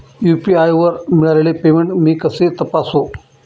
UPI वर मिळालेले payment मी कसे तपासू?